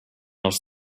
els